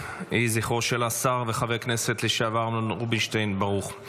יהי זכרו של השר וחבר הכנסת לשעבר אמנון רובינשטיין ברוך.